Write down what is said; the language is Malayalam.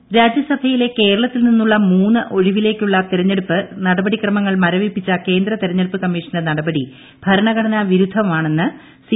പ്രസ്താവന രാജ്യസഭയിലെ കേരളത്തിൽ നിന്നുള്ള മൂന്ന് ഒഴിവിലേക്കുള്ള തെരഞ്ഞെടുപ്പ് നടപടിക്രമങ്ങൾ മരവിപ്പിച്ച കേന്ദ്ര തെരഞ്ഞെടുപ്പ് കമ്മിഷന്റെ നടപടി ഭരണഘടനാ വിരുദ്ധവുമാണെന്ന് സി